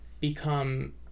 become